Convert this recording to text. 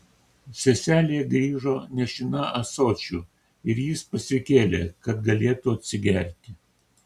seselė grįžo nešina ąsočiu ir jis pasikėlė kad galėtų atsigerti